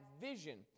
vision